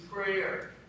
prayer